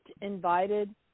invited